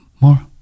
more